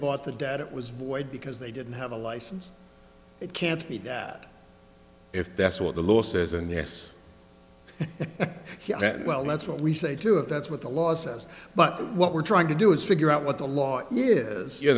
bought the debt it was void because they didn't have a license it can't be that if that's what the law says and this well that's what we say too if that's what the law says but what we're trying to do is figure out what the law is you